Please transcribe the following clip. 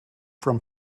from